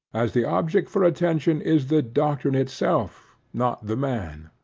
as the object for attention is the doctrine itself, not the man.